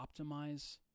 optimize